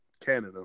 Canada